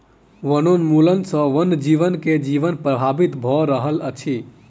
वनोन्मूलन सॅ वन जीव के जीवन प्रभावित भ रहल अछि